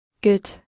good